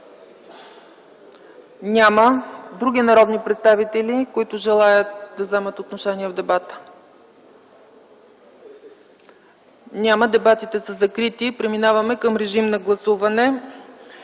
Няма. Други народни представители, които желаят да вземат отношение в дебата? Няма. Дебатите са закрити. Преминаваме към режим на гласуване.